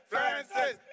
Francis